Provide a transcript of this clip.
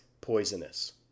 poisonous